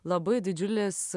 labai didžiulis